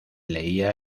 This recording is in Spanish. leía